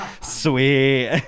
sweet